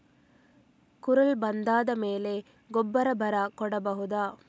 ಕುರಲ್ ಬಂದಾದ ಮೇಲೆ ಗೊಬ್ಬರ ಬರ ಕೊಡಬಹುದ?